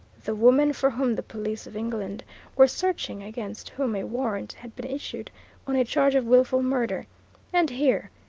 the woman for whom the police of england were searching, against whom a warrant had been issued on a charge of wilful murder and here,